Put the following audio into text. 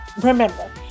remember